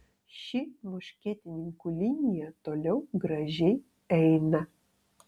ši muškietininkų linija toliau gražiai eina